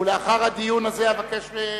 ולאחר הדיון הזה אבקש מסגני,